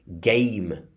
Game